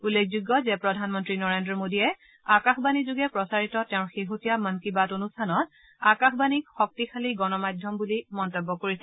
উল্লেখযোগ্য যে প্ৰধানমন্তী নৰেন্দ্ৰ মোদীয়ে আকাশবাণীযোগে প্ৰচাৰিত তেওঁৰ শেহতীয়া মন কী বাত অনুষ্ঠানত আকাশবাণীক শক্তিশালী গণ মাধ্যম বুলি মন্তব্য কৰিছে